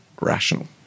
rational